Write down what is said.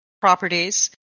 properties